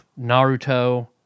Naruto